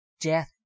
Death